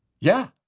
yeah,